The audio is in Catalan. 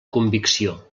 convicció